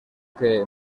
que